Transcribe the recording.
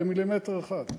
אפילו במילימטר אחד.